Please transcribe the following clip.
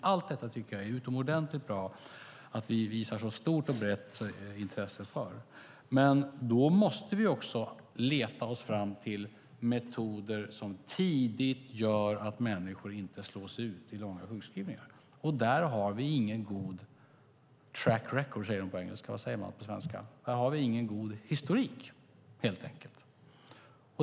Jag tycker att det är utomordentligt bra att vi visar så stort och brett intresse för allt detta. Men då måste vi också leta oss fram till metoder som tidigt gör att människor inte slås ut i långa sjukskrivningar, och där har vi ingen god historik.